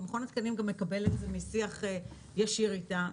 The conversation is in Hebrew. ומכון התקנים גם מקבל את זה משיח ישיר איתם,